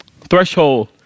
Threshold